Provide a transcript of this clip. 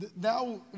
Now